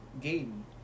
game